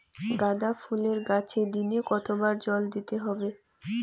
গাদা ফুলের গাছে দিনে কতবার জল দিতে হবে?